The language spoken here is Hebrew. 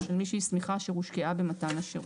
של מי שהסמיכה אשר הושקעה במתן השירות".